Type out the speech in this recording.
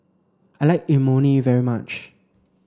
I like Imoni very much